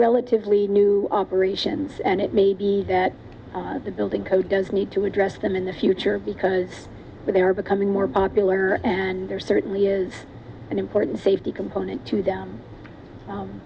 relatively new operations and it may be that the building code does need to address them in the future because they are becoming more popular and there certainly is an important safety component to